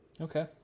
Okay